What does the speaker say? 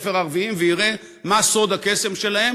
לבתי-הספר הערביים ויראה מה סוד הקסם שלהם